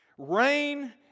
Rain